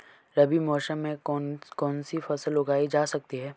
रबी मौसम में कौन कौनसी फसल उगाई जा सकती है?